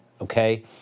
okay